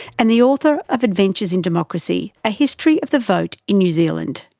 and the author of adventures in democracy a history of the vote in new zealand.